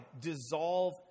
dissolve